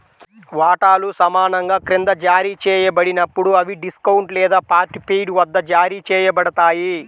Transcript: వాటాలు సమానంగా క్రింద జారీ చేయబడినప్పుడు, అవి డిస్కౌంట్ లేదా పార్ట్ పెయిడ్ వద్ద జారీ చేయబడతాయి